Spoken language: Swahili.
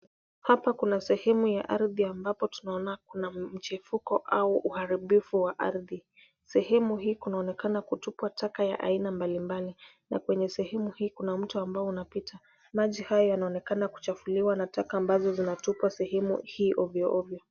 Hapa kuna sehemu ya ardhi ambapo tunaona kuna mchipuko au uharibifu wa ardhi. Sehemu hii kunaonekana kutupwa taka ya aina mbalimbali na kwenye sehemu hii kuna mto ambao unapita. Maji haya yanaonekana kuchafuliwa na taka ambazo zinatupwa sehemu hii ovyoovyo.